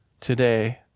today